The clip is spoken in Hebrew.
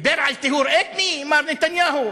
דיבר על טיהור אתני, מר נתניהו?